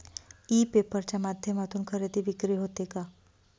E paper च्या माध्यमातून खरेदी विक्री होते का?